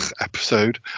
episode